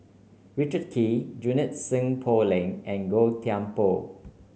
Richard Kee Junie Sng Poh Leng and Gan Thiam Poh